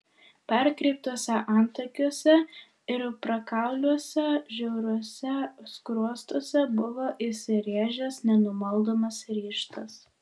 perkreiptuose antakiuose ir prakauliuose žiauriuose skruostuose buvo įsirėžęs nenumaldomas ryžtas